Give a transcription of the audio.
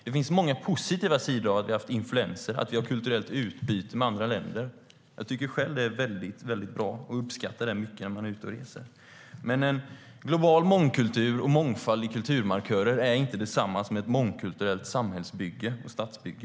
Det finns många positiva sidor av att vi har haft influenser och att vi har kulturellt utbyte med andra länder. Jag tycker själv att det är väldigt bra och uppskattar det mycket när jag är ute och reser. Men en global mångkultur och mångfald i kulturmarkörer är inte detsamma som ett mångkulturellt samhällsbygge och statsbygge.